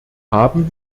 haben